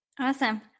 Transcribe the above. Awesome